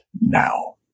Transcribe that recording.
now